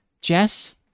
Jess